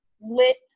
lit